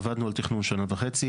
עבדנו על תכנון שנה וחצי,